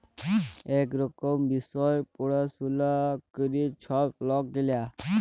ইক রকমের বিষয় পাড়াশলা ক্যরে ছব লক গিলা